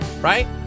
right